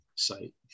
site